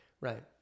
Right